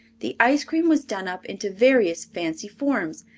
the ice-cream was done up into various fancy forms,